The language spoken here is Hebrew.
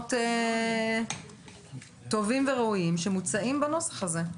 פתרונות טובים וראויים שמוצעים בנוסח הזה.